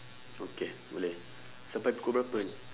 okay boleh sampai pukul berapa